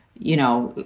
you know,